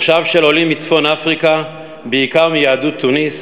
מושב של עולים מצפון-אפריקה, בעיקר מיהדות תוניס,